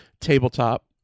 tabletop